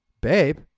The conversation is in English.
babe